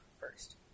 first